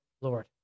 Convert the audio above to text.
Lord